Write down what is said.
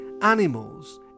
animals